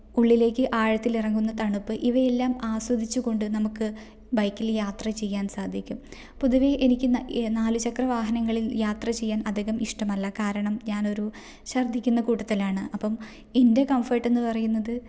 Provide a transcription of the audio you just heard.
ഉള്ളിലേക്ക് ആഴത്തിൽ ഇറങ്ങുന്ന തണുപ്പ് ഇവയെല്ലാം ആസ്വദിച്ചുകൊണ്ട് നമുക്ക് ബൈക്കിൽ യാത്ര ചെയ്യാൻ സാധിക്കും പൊതുവേ എനിക്ക് നാല് ചക്ര വാഹനങ്ങളിൽ യാത്ര ചെയ്യാൻ അധികം ഇഷ്ടമല്ല കാരണം ഞാൻ ഒരു ഛർദ്ദിക്കുന്ന കൂട്ടത്തിലാണ് അപ്പം എൻ്റെ കംഫർട്ട് എന്ന് പറയുന്നത്